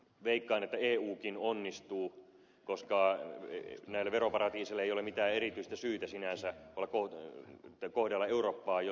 veikkaan että eukin onnistuu koska näillä veroparatiiseilla ei ole mitään erityistä syytä sinänsä kohdella eurooppaa jollakin toisella tavalla kuin yhdysvaltoja